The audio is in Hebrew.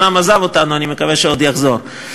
אומנם הוא עזב אותנו, אני מקווה שעוד יחזור.